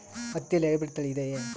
ಹತ್ತಿಯಲ್ಲಿ ಹೈಬ್ರಿಡ್ ತಳಿ ಇದೆಯೇ?